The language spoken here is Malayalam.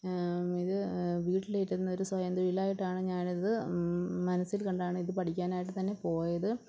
ഇത് വീട്ടിലിരുന്നൊരു സ്വയം തൊഴിലായിട്ടാണ് ഞാനിത് മനസ്സിൽ കണ്ടാണ് ഇത് പഠിക്കാനായിട്ട് തന്നെ പോയത്